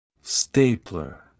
Stapler